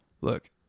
Look